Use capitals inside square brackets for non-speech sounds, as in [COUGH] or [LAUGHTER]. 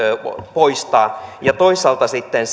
poistaa toisaalta sitten [UNINTELLIGIBLE]